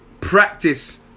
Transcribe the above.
practice